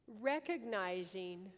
recognizing